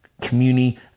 community